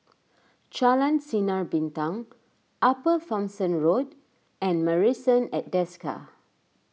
Jalan Sinar Bintang Upper Thomson Road and Marrison at Desker